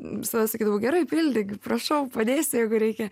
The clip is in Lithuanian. visada sakydavau gerai pildyk prašau padėsiu jeigu reikia